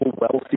wealthy